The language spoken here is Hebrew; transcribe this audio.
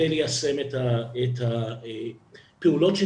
שיש לכם את הרשימות שלהם,